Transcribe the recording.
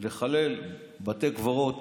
לחלל בתי קברות,